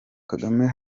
kagame